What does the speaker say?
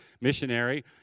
missionary